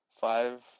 five